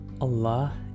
Allah